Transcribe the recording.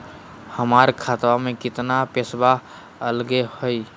हमर खतवा में कितना पैसवा अगले हई?